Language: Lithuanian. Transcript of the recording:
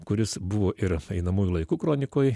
kuris buvo ir einamuoju laiku kronikoj